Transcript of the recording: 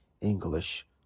English